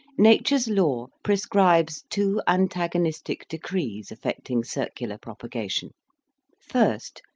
nature's law prescribes two antagonistic decrees affecting circular propagation first,